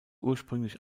ursprünglich